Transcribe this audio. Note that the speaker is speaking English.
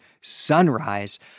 sunrise